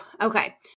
okay